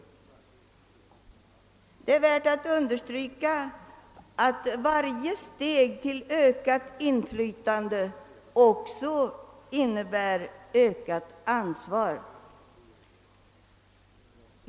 Det är värt att understryka att varje steg till ökat inflytande också innebär ökat ansvar.